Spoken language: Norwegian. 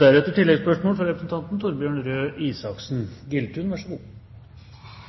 Mange ressurssterke mennesker står i dag utenfor arbeidslivet. God